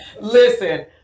Listen